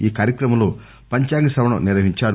ఈ కార్యక్రమంలో పంచాంగ శవణం నిర్వహించారు